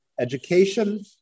education